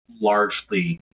largely